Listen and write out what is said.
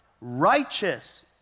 righteous